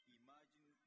imagine